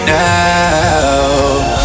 now